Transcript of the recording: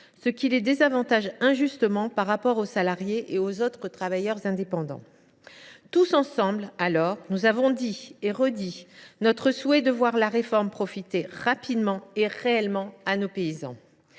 ce qui les désavantage injustement par rapport aux salariés et aux autres travailleurs indépendants. Tous ensemble, nous avons alors dit et redit notre souhait de voir la réforme profiter rapidement et réellement à nos paysans.